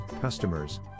customers